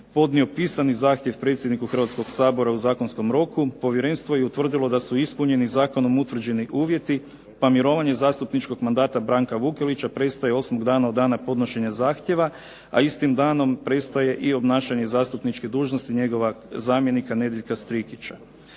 podnio pisani zahtjev predsjedniku Hrvatskog sabora u zakonskom roku, povjerenstvo je utvrdilo da su ispunjeni zakonom utvrđeni uvjeti, pa mirovanje zastupničkog mandata Ivana Šukera prestaje osmog dana od dana podnošenja zahtjeva, a istim danom prestaje i obnašanje zastupničke dužnosti njegove zamjenice Ivanke Roksandić.